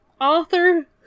author